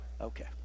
Okay